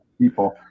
people